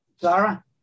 Zara